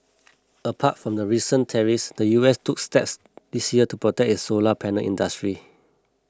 apart from the recent tariffs the U S took steps this year to protect its solar panel industry